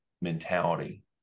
mentality